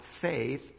faith